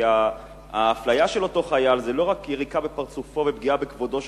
כי האפליה של אותו חייל זה לא רק יריקה בפרצופו ופגיעה בכבודו,